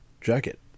jacket